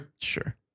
sure